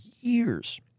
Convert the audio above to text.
years